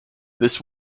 this